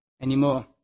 anymore